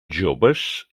jóvens